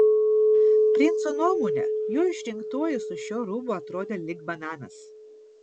princo nuomone jo išrinktoji su šiuo rūbu atrodė lyg bananas